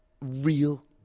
real